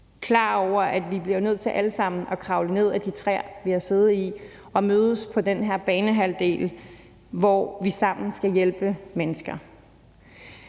klar over, at vi bliver nødt til alle sammen at kravle ned af de træer, vi har siddet i, og mødes på den her banehalvdel, hvor vi sammen skal hjælpe mennesker.